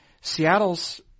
Seattle's